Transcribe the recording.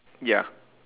ya